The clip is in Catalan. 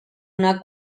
una